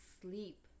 sleep